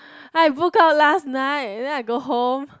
I book out last night then I go home